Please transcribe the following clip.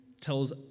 tells